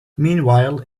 meanwhile